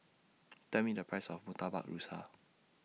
Tell Me The Price of Murtabak Rusa